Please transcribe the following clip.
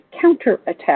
counterattack